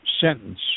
sentence